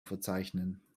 verzeichnen